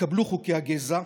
התקבלו חוקי הגזע.